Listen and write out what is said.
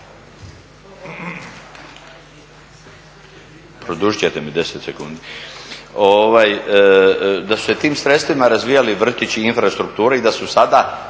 Produžit ćete mi 10 sekundi? Da se tim sredstvima razvijali vrtić i infrastrukturu i da su sada